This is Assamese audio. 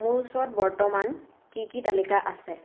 মোৰ ওচৰত বৰ্তমান কি কি তালিকা আছে